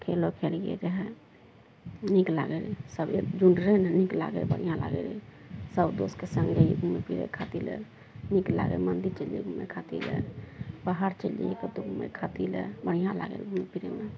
खेलओ खेलिये रहय नीक लागय रहय सभ एकजुट रहय ने नीक लागय बढ़िआँ लागय रहय सभ दोस्तके सङ्ग जाइए घुमय फिरय खातिर नीक लागय रहय मन्दिर चलि जाइए घुमय खातिर पहाड़ चलि जाइए कतहु घुमय खातिर बढ़िआँ लागय रहय घुमय फिरयमे